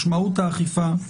משמעות האכיפה.